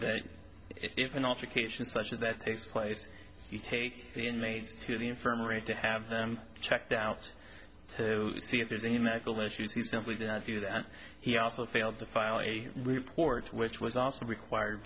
that if an altercation such as that takes place you take the inmate to the infirmary to have them checked out to see if there's any medical issues he simply did not do that he also failed to file a report which was also required